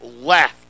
left